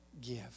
give